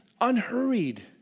unhurried